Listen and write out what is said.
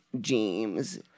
James